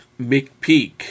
McPeak